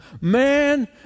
man